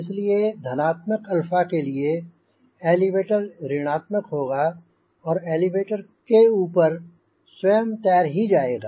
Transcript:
इसलिए धनात्मक अल्फा के लिए एलिवेटर ऋणात्मक होगा और एलिवेटर के ऊपर स्वयं तैर ही जाएगा